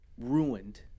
ruined